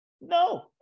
no